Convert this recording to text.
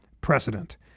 precedent